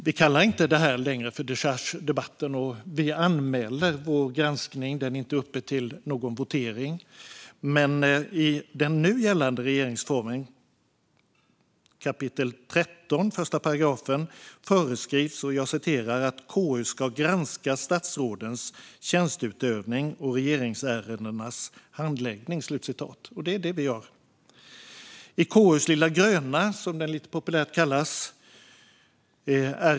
Vi kallar inte längre detta för dechargedebatten, och vi anmäler vår granskning - den är inte uppe till någon votering. Men i kap. 13 § 1 i den nu gällande regeringsformen föreskrivs att KU "ska granska statsrådens tjänsteutövning och regeringsärendenas handläggning". Det är detta vi gör.